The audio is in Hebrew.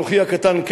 ואנוכי הקטן,